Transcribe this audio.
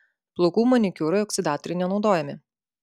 plaukų manikiūrui oksidatoriai nenaudojami